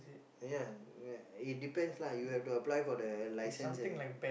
ya it depends lah you have to apply for the licence and